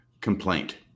complaint